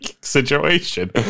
situation